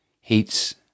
Heats